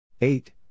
Eight